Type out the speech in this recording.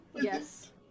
Yes